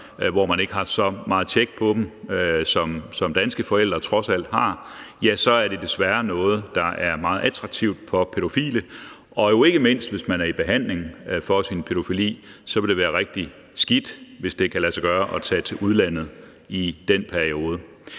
hvor man ikke har så meget tjek på dem, som danske forældre trods alt har, så er det desværre noget, der er meget attraktivt for pædofile. Og ikke mindst hvis man er i behandling for sin pædofili, vil det være rigtig skidt, hvis det kan lade sig gøre at tage til udlandet i den periode.